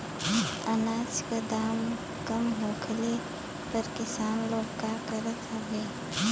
अनाज क दाम कम होखले पर किसान लोग का करत हवे?